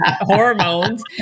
hormones